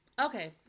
Okay